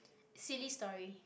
silly story